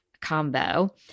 combo